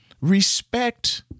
Respect